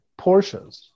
Porsches